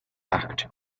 act